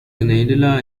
unadilla